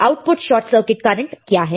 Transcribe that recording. output short circuit current क्या है